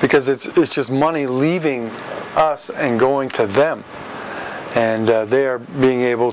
because it's just money leaving us and going to them and they're being able